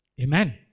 Amen